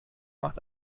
macht